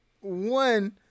one